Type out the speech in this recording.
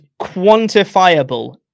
quantifiable